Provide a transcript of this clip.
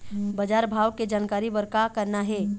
बजार भाव के जानकारी बर का करना हे?